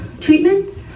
treatments